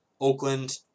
Oakland